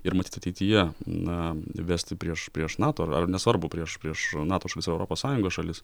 ir matyt ateityje na vesti prieš prieš nato ar nesvarbu prieš prieš nato už visą europos sąjungos šalis